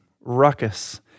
ruckus